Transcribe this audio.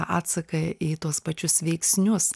atsaką į tuos pačius veiksnius